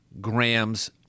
grams